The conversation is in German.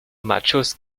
machos